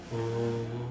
mm